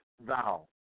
thou